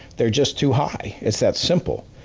they're just too high. it's that simple.